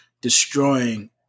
destroying